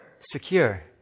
Secure